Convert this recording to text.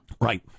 Right